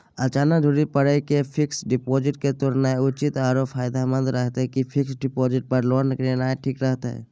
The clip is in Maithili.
अचानक जरूरत परै पर फीक्स डिपॉजिट के तोरनाय उचित आरो फायदामंद रहतै कि फिक्स डिपॉजिट पर लोन लेनाय ठीक रहतै?